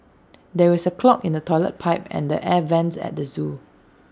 there is A clog in the Toilet Pipe and the air Vents at the Zoo